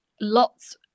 lots